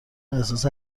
احساس